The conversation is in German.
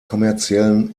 kommerziellen